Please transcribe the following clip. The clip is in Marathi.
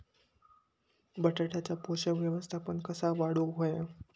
बटाट्याचा पोषक व्यवस्थापन कसा वाढवुक होया?